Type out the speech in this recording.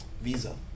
visa